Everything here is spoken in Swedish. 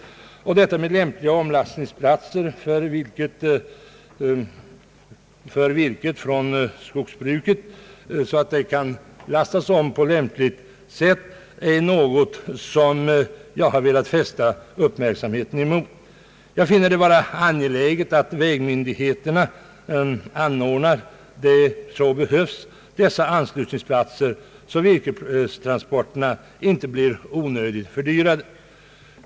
Jag har därför velat fästa uppmärksamheten på att det bör finnas omlastningsplatser för virke från skogsbruket så att det kan lastas på lämpligt sätt. Jag finner det vara angeläget att vägmyndigheterna där så behövs ordnar sådana omlastningsplatser så att virkestransporterna inte blir onödigt fördyrade.